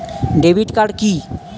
Debit card কি?